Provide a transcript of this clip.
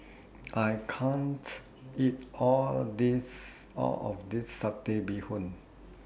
I can't eat All of This Satay Bee Hoon